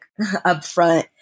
upfront